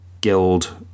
Guild